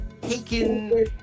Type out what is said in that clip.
taken